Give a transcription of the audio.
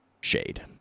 shade